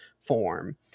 form